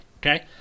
Okay